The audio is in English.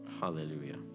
Hallelujah